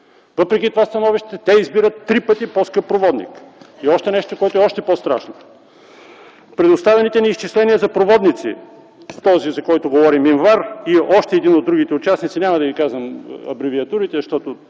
Въпреки това становище те избират три пъти по-скъп проводник. И друго нещо, което е още по-страшно! „Предоставените ни изчисления за проводници – този, за който говорим – инвар, и още един от другите участници, няма да казвам абревиатурите,